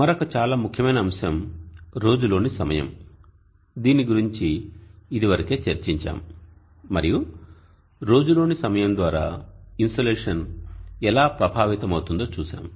మరొక చాలా ముఖ్యమైన అంశం "రోజు లోని సమయం" దీని గురించి ఇది వరకే చర్చించాము మరియు రోజు లోని సమయం ద్వారా ఇన్సోలేషన్ ఎలా ప్రభావితమవుతుందో చూశాము